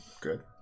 Good